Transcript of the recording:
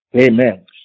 Amen